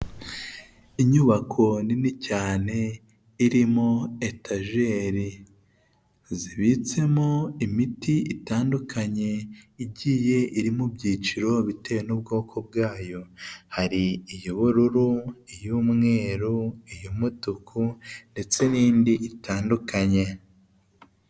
Inyubako nini cyane irimo etajeri zibitsemo imiti itandukanye igiye iri mu byiciro bitewe n'ubwoko bwayo, hari iy'ubururu, iy'umweru, iy'umutuku ndetse n'indi itandukanye.